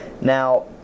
Now